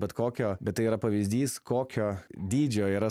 bet kokio bet tai yra pavyzdys kokio dydžio yra